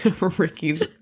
ricky's